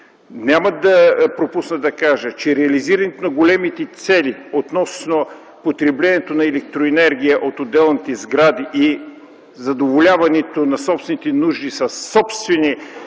Няма да пропусна да кажа, че реализирането на големите цели относно потреблението на електроенергия от отделните сгради и задоволяването на собствените нужди със собствени